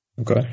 Okay